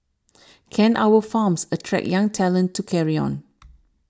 can our farms attract young talent to carry on